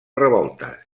revoltes